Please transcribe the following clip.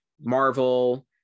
marvel